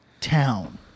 town